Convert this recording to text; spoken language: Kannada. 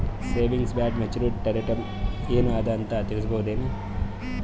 ಸೇವಿಂಗ್ಸ್ ಬಾಂಡ ಮೆಚ್ಯೂರಿಟಿ ಟರಮ ಏನ ಅದ ಅಂತ ತಿಳಸಬಹುದೇನು?